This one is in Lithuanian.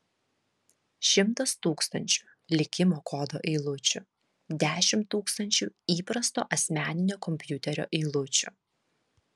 šimtas tūkstančių likimo kodo eilučių dešimt tūkstančių įprasto asmeninio kompiuterio eilučių